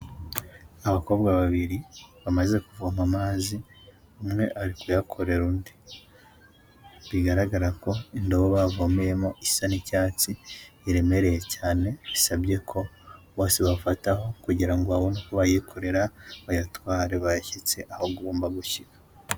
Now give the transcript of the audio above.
Abakobwa babiri bamaze kuvoma amazi umwe ari kuyakorera undi, bigaragara ko indobo bavomeyemo isa n'icyatsi iremereye cyane bisabye ko bose bafataho kugira ngo babone uko bayikorera bayatware bayashyitse aho agomba gushyirwa.